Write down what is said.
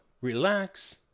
relax